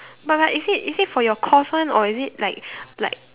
but but is it is it for your course one or is it like like